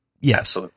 Yes